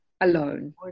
alone